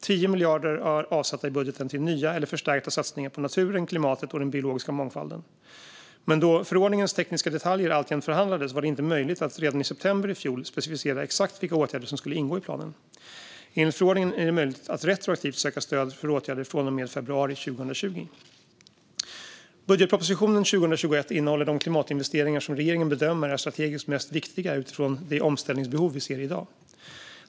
10 miljarder är avsatta i budgeten till nya eller förstärkta satsningar på naturen, klimatet och den biologiska mångfalden. Men då förordningens tekniska detaljer alltjämt förhandlades var det inte möjligt att redan i september i fjol specificera exakt vilka åtgärder som skulle ingå i planen. Enligt förordningen är det möjligt att retroaktivt söka stöd för åtgärder från och med februari 2020. Budgetpropositionen 2021 innehåller de klimatinvesteringar som regeringen bedömer är strategiskt mest viktiga utifrån det omställningsbehov vi ser i dag.